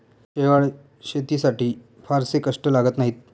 शेवाळं शेतीसाठी फारसे कष्ट लागत नाहीत